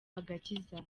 agakiza